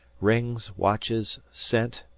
rings, watches, scent,